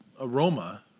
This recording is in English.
aroma